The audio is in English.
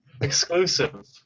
exclusive